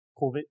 COVID